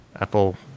Apple